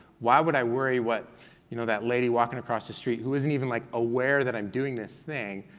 why would i worry what you know that lady walking across the street who isn't even like aware that i'm doing this thing,